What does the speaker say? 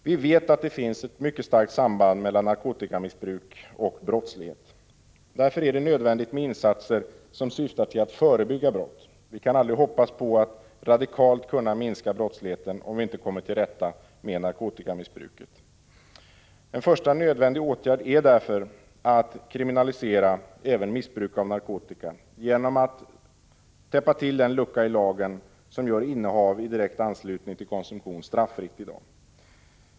Vi vet att det finns ett mycket starkt samband mellan narkotikamissbruk och brottslighet. Därför är det nödvändigt med insatser som syftar till att förebygga brott. Vi kan aldrig hoppas på att radikalt kunna minska brottsligheten om vi inte kommer till rätta med narkotikamissbruket. En första nödvändig åtgärd är därför att kriminalisera även missbruk av narkotika, genom att täppa till den lucka i lagen som gör ”innehav i direkt anslutning till konsumtion” straffritt i dag.